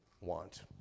want